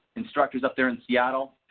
instructors up there in seattle,